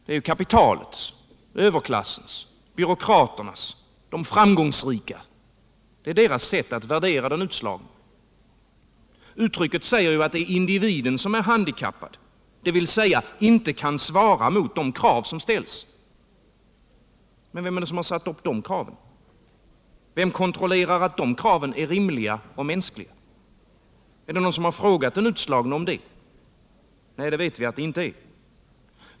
Det är kapitalets, överklassens, byråkraternas — de framgångsrikas — sätt att värdera den utslagne. Uttrycket säger ju att det är individen som är handikappad, dvs. inte kan svara mot de krav som ställts. Men vem har satt upp de kraven? Vem kontrollerar att de är rimliga och mänskliga? Är det någon som frågat den utslagne om det? Nej, det vet vi att det inte är.